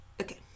okay